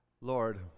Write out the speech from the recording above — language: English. Lord